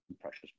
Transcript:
precious